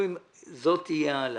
זאת תהיה העלאה.